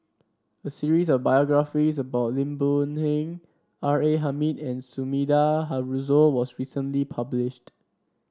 a series of biographies about Lim Boon Heng R A Hamid and Sumida Haruzo was recently published